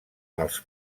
els